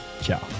ciao